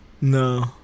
No